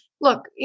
look